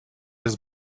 his